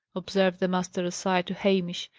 observed the master aside to hamish,